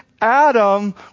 Adam